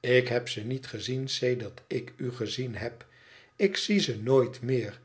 ik heb ze niet gezien sedert iku gezien heb ik zie ze nooit meer